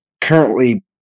currently